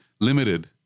limited